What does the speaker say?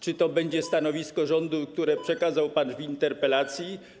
Czy to będzie stanowisko rządu, które przekazał pan w interpelacji?